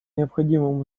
необходимым